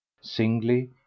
singly